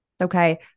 Okay